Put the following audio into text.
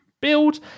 build